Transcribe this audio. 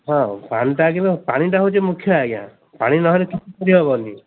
ହଁ ପାଣିଟା ଆଗ ପାଣିଟା ହେଉଛି ମୁଖ୍ୟ ଆଜ୍ଞା ପାଣି ନହେଲେ କିଛି କରି ହେବନି